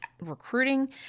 recruiting